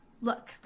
Look